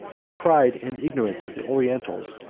by the pride and ignorance of the orientals,